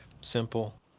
Simple